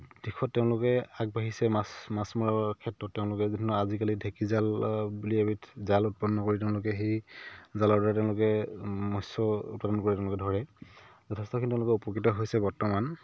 দিশত তেওঁলোকে আগবাঢ়িছে মাছ মাছ মৰাৰ ক্ষেত্ৰত তেওঁলোকে বিভিন্ন আজিকালি ঢেকীজাল বুলি এবিধ জাল উৎপন্ন কৰি তেওঁলোকে সেই জালেৰে তেওঁলোকে মৎস্য উৎপাদন কৰি তেওঁলোকে ধৰে যথেষ্টখিনি তেওঁলোকে উপকৃত হৈছে বৰ্তমান